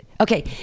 okay